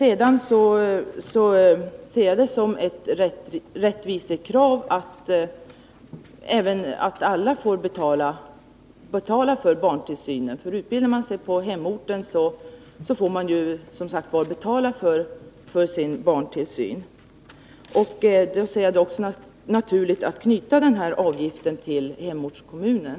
Jag ser det som ett rättvisekrav att alla får betala för barntillsynen. Utbildar man sig på hemorten, får man som sagt betala för sin barntillsyn. Och jag anser det naturligt att knyta denna avgift till hemortskommunen.